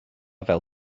fel